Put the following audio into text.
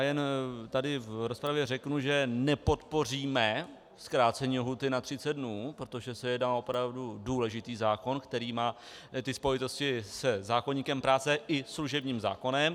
Jenom tady v rozpravě řeknu, že nepodpoříme zkrácení lhůty na 30 dnů, protože se jedná o opravdu důležitý zákon, který má spojitosti se zákoníkem práce i se služebním zákonem.